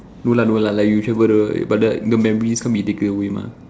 no lah no lah like you travel the but like the memories can't be taken away mah